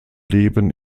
leben